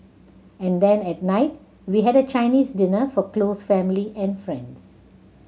and then at night we had a Chinese dinner for close family and friends